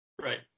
Right